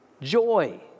joy